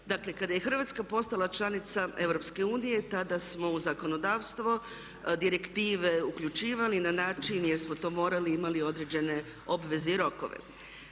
Dakle, kada je Hrvatska postala članica EU tada smo u zakonodavstvo direktive uključivali na način jer smo to morali i imali određene obveze i rokove.